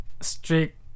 strict